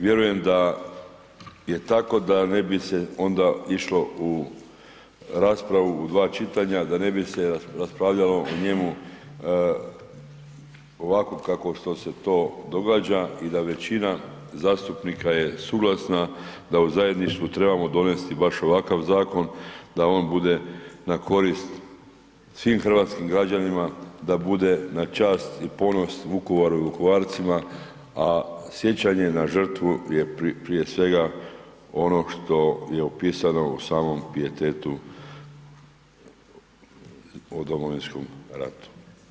Vjerujem da je tako da ne bi se onda išlo u raspravu u dva čitanja, da ne bi raspravljalo o njemu ovako kako što se to događa i da većina zastupnika je suglasna da u zajedništvu trebamo donesti baš ovaka zakon, da on bude na korist svim hrvatskim građanima, da bude na čast i ponos Vukovaru i Vukovarcima, a sjećanje na žrtvu je prije svega ono što je upisano u samom pijetetu o Domovinskom ratu.